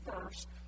first